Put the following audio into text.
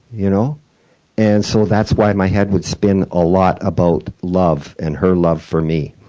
you know and so that's why my head would spin a lot about love and her love for me,